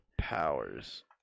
Powers